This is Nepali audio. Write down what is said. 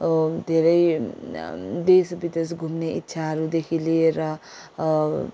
धेरै देश विदेश घुम्ने इच्छाहरूदेखि लिएर